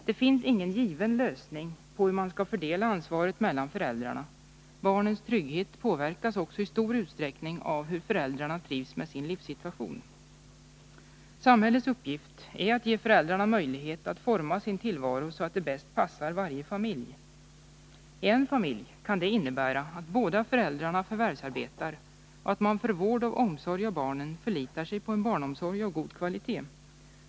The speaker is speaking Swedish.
Det finns ingen given lösning på problemet hur man skall fördela ansvaret mellan föräldrarna. Barnens trygghet påverkas också i stor utsträckning av hur föräldrarna trivs med sin livssituation. Samhällets uppgift är att ge föräldrarna möjlighet att forma sin tillvaro så att det bäst passar varje familj. I en familj kan det innebära att båda föräldrarna förvärvsarbetar och att man för vård av och omsorg om barnen förlitar sig på en barnomsorg av god kvalitet.